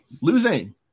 losing